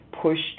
pushed